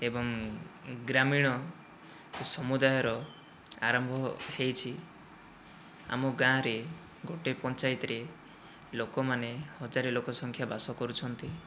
ଏବଂ ଗ୍ରାମୀଣ ସମୁଦାୟର ଆରମ୍ଭ ହୋଇଛି ଆମ ଗାଁରେ ଗୋଟିଏ ପଞ୍ଚାୟତରେ ଲୋକମାନେ ହଜାରେ ଲୋକ ସଂଖ୍ୟା ବାସ କରୁଛନ୍ତି